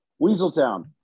Weaseltown